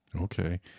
Okay